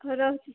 ହୋଉ ରହୁଛି